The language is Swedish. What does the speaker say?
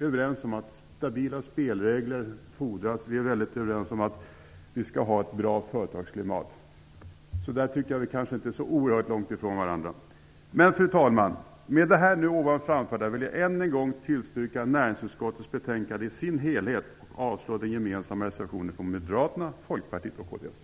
överens om att stabila spelregler fordras, och vi är överens om att vi skall ha ett bra företagsklimat. Så där tycker jag att vi kanske inte står så oerhört långt ifrån varandra. Fru talman! Med det framförda vill jag än en gång yrka bifall till hemställan i näringsutskottets betänkande i dess helhet och avslag på den gemensamma reservationen från Moderaterna, Folkpartiet och kds.